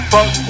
Fuck